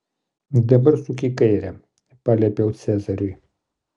dabar suk į kairę paliepiau cezariui